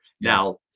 Now